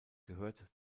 gehört